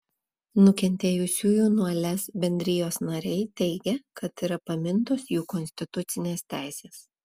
nukentėjusiųjų nuo lez bendrijos nariai teigia kad yra pamintos jų konstitucinės teisės